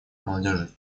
молодежи